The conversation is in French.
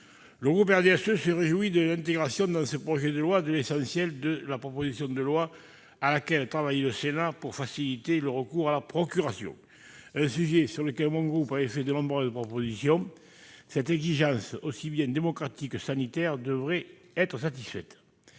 Le groupe du RDSE se réjouit de retrouver dans ce projet de loi l'essentiel de la proposition de loi à laquelle travaillait le Sénat pour faciliter le recours à la procuration. Sur ce sujet, les élus de mon groupe avaient fait de nombreuses propositions. Cette exigence, aussi bien démocratique que sanitaire, devait être satisfaite.